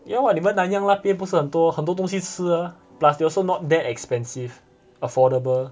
ya what 你们 nanyang 那边不是很多很多东西吃 ah plus they also not that expensive affordable